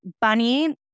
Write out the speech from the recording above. Bunny